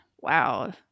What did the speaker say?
wow